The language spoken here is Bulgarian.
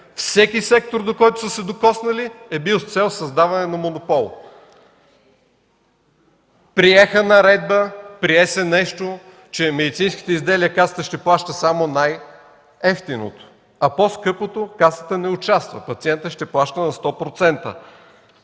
всеки сектор, до който са се докоснали, е бил с цел създаване на монопол. Приеха наредба, прие се нещо, че от медицинските изделия Касата ще плаща само най-евтиното, а в по-скъпото Касата не участва, пациентът ще плаща на сто